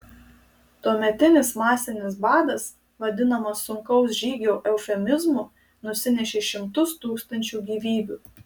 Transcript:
tuometinis masinis badas vadinamas sunkaus žygio eufemizmu nusinešė šimtus tūkstančių gyvybių